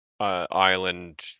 Island